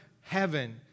heaven